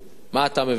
מה אתה מבין מזה?